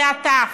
ועד ת'.